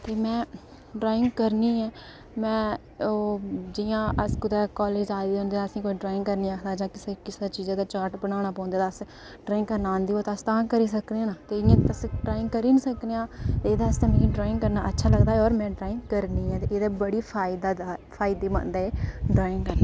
ते में ड्राइंग करनी ऐ में ओह् जि'यां अस कुतै कालेज आए दे होंदे तां असें गी कोई ड्राइंग करने लेई आक्खै जां कुसै चीज़ दा चार्ट बनाना पौंदा असें गी ड्राइंग करनी औंदी होग ता अस तां गै करी सकने आं इ'यां ते अस करी निं सकने आं एह्दे आस्तै मिगी ड्राइंग करना अच्छा लगदा ऐ और में ड्राइंग करनी ऐ ते बड़ी फायदेमंद ऐ ड्राइंग करन